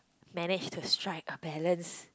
manage to strike a balance